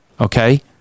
okay